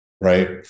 right